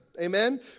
Amen